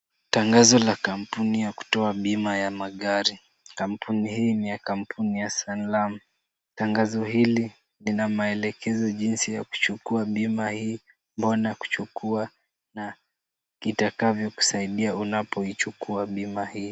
Tangazo la kampuni ya kutoa bima ya magari. Kampuni hii ni ya kampuni ya Sanlam. Tangazo hili lina maelekezo jinsi ya kuchukua bima hii, mbona kuchukua na kitakavyo kusaidia unapoichukua bima hii.